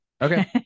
Okay